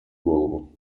голову